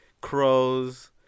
Crows